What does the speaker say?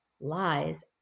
Lies